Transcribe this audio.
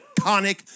iconic